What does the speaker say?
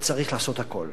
וצריך לעשות הכול